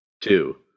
two